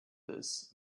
this